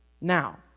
Now